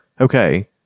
Okay